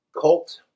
cult